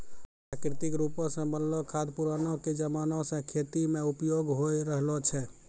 प्राकृतिक रुपो से बनलो खाद पुरानाके जमाना से खेती मे उपयोग होय रहलो छै